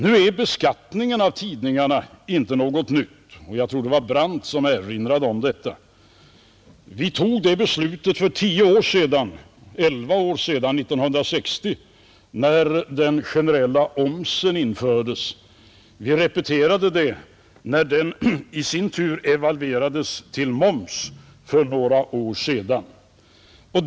Nu är beskattningen av tidningar inte något nytt — jag tror det var herr Brandt som erinrade om detta. Vi tog det beslutet för elva år sedan, 1960, när den generella omsen infördes. Vi repeterade det när den i sin tur evalverades till moms för några år sedan.